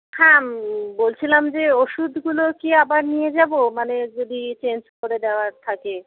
হ্যাঁ বলছিলাম যে ওষুধগুলো কি আবার নিয়ে যাব মানে যদি চেঞ্জ করে দেওয়ার থাকে